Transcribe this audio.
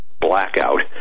blackout